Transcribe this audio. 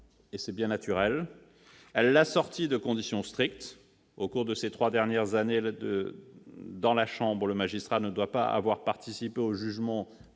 et c'est bien naturel, l'ordonnance l'assortit de conditions strictes : au cours de ses trois dernières années dans la chambre, le magistrat ne doit pas avoir participé au jugement